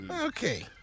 Okay